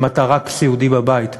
אם אתה רק סיעודי בבית,